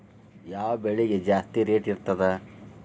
ಯಾವ ಬೆಳಿಗೆ ಜಾಸ್ತಿ ರೇಟ್ ಇರ್ತದ?